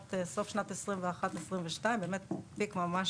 בסוף שנת 2021 והתחלת 2022 היה באמת פיק ממש